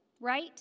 right